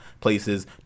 places